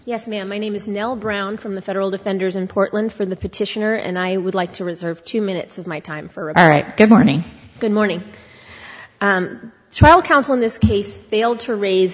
yes ma'am my name is nell brown from the federal defenders in portland for the petitioner and i would like to reserve two minutes of my time for a good morning good morning trial counsel in this case failed to raise